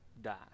die